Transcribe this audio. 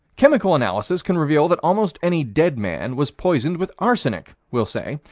chemical analysis can reveal that almost any dead man was poisoned with arsenic, we'll say,